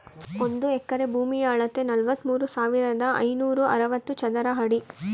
ಒಂದು ಎಕರೆ ಭೂಮಿಯ ಅಳತೆ ನಲವತ್ಮೂರು ಸಾವಿರದ ಐನೂರ ಅರವತ್ತು ಚದರ ಅಡಿ